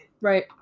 right